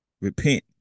Repent